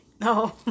No